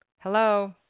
Hello